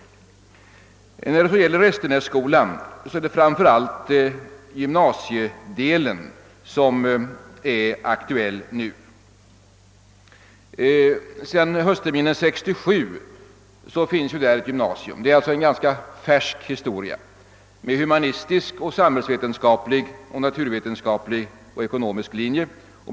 När det gäller Restenässkolan är det framför allt gymnasiedelen som nu är aktuell. Sedan höstterminen 1967 finns där ett gymnasium. Det är alltså fråga om en ganska färsk verksamhet som bedrivs på en humanistisk, en samhällsvetenskaplig, en naturvetenskaplig och en ekonomisk linje.